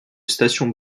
stations